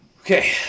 Okay